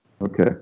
Okay